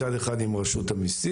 מצד אחד עם רשות המיסים,